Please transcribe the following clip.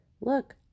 Look